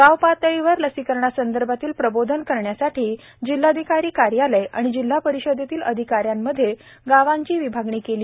गाव पातळीवर लसीकरणासंदर्भातील प्रबोधन करण्यासाठी जिल्हाधिकारी कार्यालय व जिल्हा परिषदेतील अधिकाऱ्यांमध्ये गावांची विभागणी केली